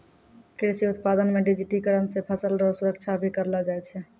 कृषि उत्पादन मे डिजिटिकरण से फसल रो सुरक्षा भी करलो जाय छै